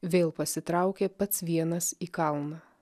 vėl pasitraukė pats vienas į kalną